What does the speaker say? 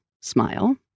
smile